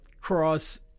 cross